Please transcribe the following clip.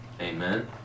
amen